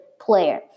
player